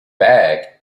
bag